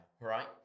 right